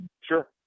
sure